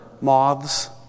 Moths